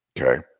Okay